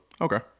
Okay